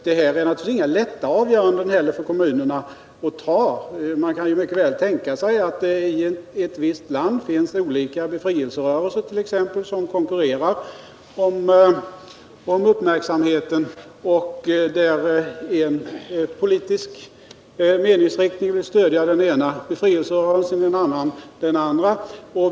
Det här är naturligtvis inga lätta avgöranden för kommunerna. Man kan mycket väl tänka sig att det t.ex. i ett visst land finns olika befrielserörelser som konkurrerar om uppmärksamheten och där en politisk meningsriktning vill stödja den ena befrielserörelsen och en annan politisk meningsriktning vill stödja den andra.